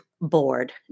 board